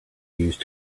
used